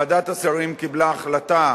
ועדת השרים קיבלה החלטה